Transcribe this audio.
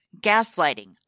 gaslighting